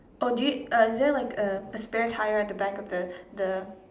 oh jeep uh is there like a a spare tire at the back of the the